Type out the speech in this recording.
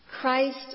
Christ